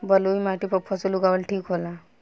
बलुई माटी पर फसल उगावल ठीक होला?